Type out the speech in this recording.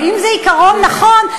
ואם זה עיקרון נכון,